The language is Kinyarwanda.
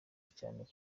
cyane